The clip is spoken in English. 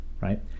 right